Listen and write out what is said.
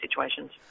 situations